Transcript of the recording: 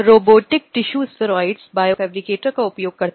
अब इसमें अतीत के संबंध भी शामिल हैं जो किसी भी समय एक साथ रहने वाले लोग हैं